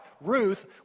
Ruth